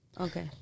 Okay